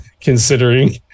considering